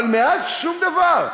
אבל מאז, שום דבר.